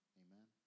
amen